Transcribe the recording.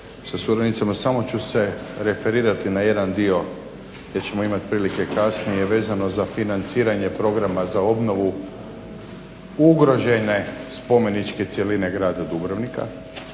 sa suradnicama. Samo ću se referirati na jedan dio gdje ćemo imat prilike kasnije vezano za financiranje programa za obnovu ugrožene spomeničke cjeline grada Dubrovnika.